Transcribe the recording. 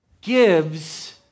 gives